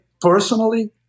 personally